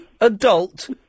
adult